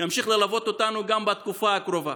ימשיך ללוות אותנו גם בתקופה הקרובה.